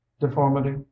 deformity